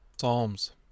Psalms